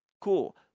Cool